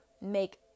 make